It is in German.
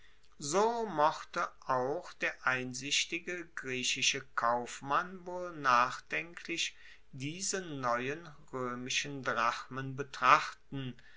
so mochte auch der einsichtige griechische kaufmann wohl nachdenklich diese neuen roemischen drachmen betrachten